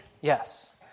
Yes